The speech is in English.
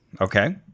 okay